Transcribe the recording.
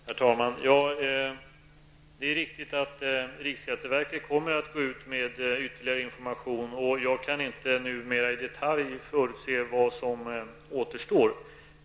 Herr talman! Det är riktigt att riksskatteverket kommer att gå ut med ytterligare information. Jag kan inte nu mera i detalj förutse vad som återstår.